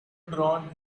drawn